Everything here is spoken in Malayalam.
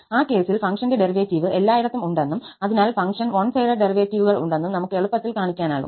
ആ കേസിൽ ഫംഗ്ഷന്റെ ഡെറിവേറ്റീവ് എല്ലായിടത്തും ഉണ്ടെന്നും അതിനാൽ ഫംഗ്ഷന് വൺ സൈഡഡ് ഡെറിവേറ്റീവുകൾ ഉണ്ടെന്നും നമുക്ക് എളുപ്പത്തിൽ കാണിക്കാനാകും